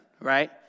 Right